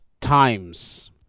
times